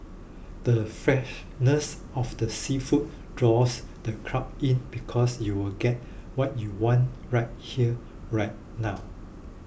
the freshness of the seafood draws the crowd in because you'll get what you want right here right now